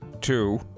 Two